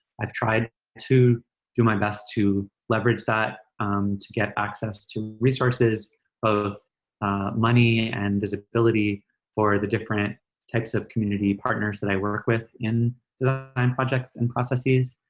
i've tried to do my best to leverage that to get access to resources of money and visibility for the different types of community partners that i work with in design um projects and processes.